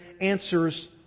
answers